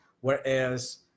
Whereas